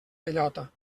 bellota